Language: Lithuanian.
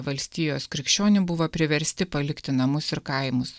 valstijos krikščionių buvo priversti palikti namus ir kaimus